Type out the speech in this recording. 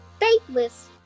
faithless